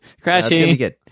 Crashing